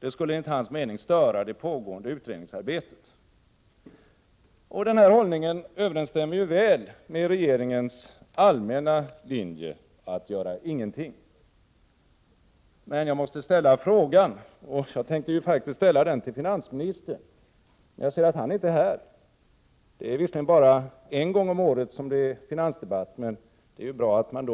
Det skulle enligt hans mening störa det pågående utredningsarbetet. Denna hållning överensstämmer väl med regeringens allmänna linje att göra ingenting. Jag måste därför ställa en fråga. Jag tänkte faktiskt ställa den till finansministern, men jag ser att han inte är här. Finansdebatt har vi bara en gång om året, och det är då bra att man